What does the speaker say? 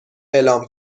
اعلام